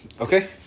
okay